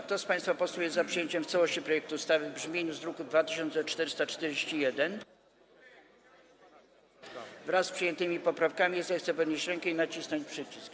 Kto z państwa posłów jest za przyjęciem w całości projektu ustawy w brzmieniu z druku nr 2441, wraz z przyjętymi poprawkami, zechce podnieść rękę i nacisnąć przycisk.